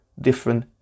different